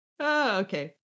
Okay